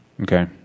Okay